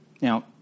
Now